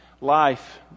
life